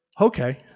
Okay